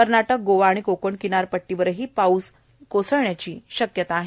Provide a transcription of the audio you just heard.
कर्नाटक गोवा आणि कोकण किनारीही पाऊस कोसळण्याची शक्यता आहे